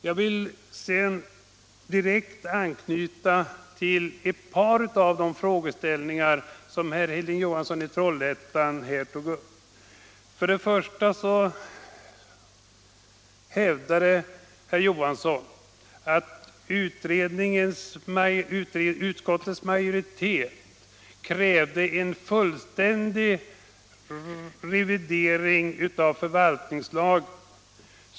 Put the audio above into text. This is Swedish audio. Jag vill sedan direkt anknyta till ett par av de frågeställningar som herr Hilding Johansson i Trollhättan här tog upp. Herr Johansson hävdade att utskottets majoritet krävde en fullständig revidering av förvaltningslagen.